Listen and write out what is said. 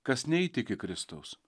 kas neįtiki kristaus